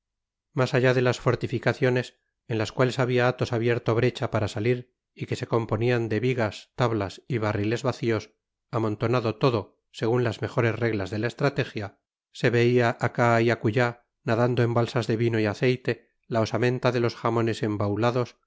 mas allá de las fortificaciones en las cuales habia athos abierto brecha para salir y que se componian de vigas tablas y barriles vacios amontonado todo segun las mejores reglas de la estratejla se veia acá y acullá nadando en balsas de vino y aceite la osamenta de los jamones embaulados